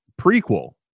prequel